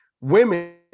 Women